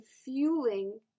fueling